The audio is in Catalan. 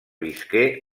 visqué